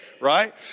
right